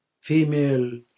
female